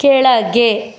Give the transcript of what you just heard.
ಕೆಳಗೆ